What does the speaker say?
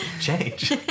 change